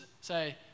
say